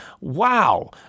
Wow